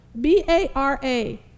B-A-R-A